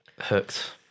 Hooked